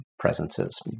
presences